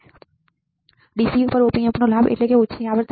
નોંધ સામાન્ય મોટા સિગ્નલ વોલ્ટેજ ગેઇન DC પર op amp નો લાભ એટલે કે ઓછી આવર્તન